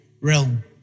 realm